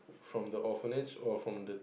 from the orphanage or from the